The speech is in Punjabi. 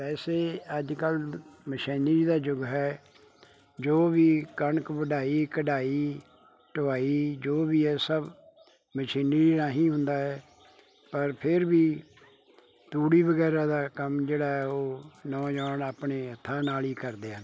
ਵੈਸੇ ਅੱਜ ਕੱਲ੍ਹ ਮਸ਼ੀਨਰੀ ਦਾ ਯੁੱਗ ਹੈ ਜੋ ਵੀ ਕਣਕ ਵਢਾਈ ਕਢਾਈ ਢੁਆਈ ਜੋ ਵੀ ਹੈ ਸਭ ਮਸ਼ੀਨਰੀ ਰਾਹੀਂ ਹੁੰਦਾ ਹੈ ਪਰ ਫੇਰ ਵੀ ਤੂੜੀ ਵਗੈਰਾ ਦਾ ਕੰਮ ਜਿਹੜਾ ਹੈ ਉਹ ਨੌਜਵਾਨ ਆਪਣੇ ਹੱਥਾਂ ਨਾਲ ਹੀ ਕਰਦੇ ਹਨ